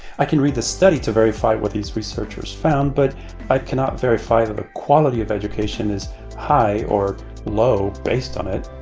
i can read the study to verify what these researchers found, but i cannot verify that the quality of education is high or low based on it.